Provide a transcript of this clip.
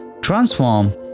transform